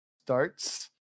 starts